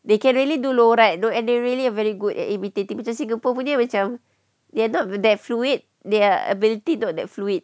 they can really do loghat know and they really are very good at imitating macam singapore punya macam they are not that fluid their ability not that fluid